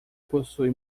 possui